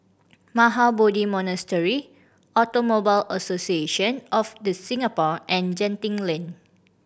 Mahabodhi Monastery Automobile Association of The Singapore and Genting Lane